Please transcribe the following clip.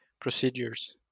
procedures